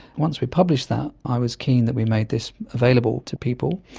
once we published that i was keen that we made this available to people.